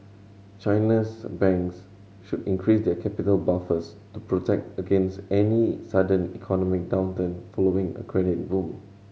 China's banks should increase their capital buffers to protect against any sudden economic downturn following a credit boom